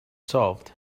solved